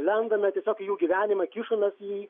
lendame tiesiog į jų gyvenimą kišamės į jį